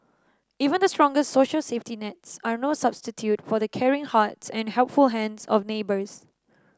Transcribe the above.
even the strongest social safety nets are no substitute for the caring hearts and helpful hands of neighbours